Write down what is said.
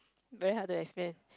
very hard to explain